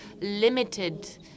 limited